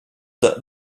that